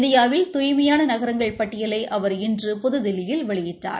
இந்தியாவில் தூய்மையான நகரங்ள் பட்டியலை அவர் இன்று புதுதில்லியில் வெளியிட்டார்